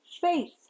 faith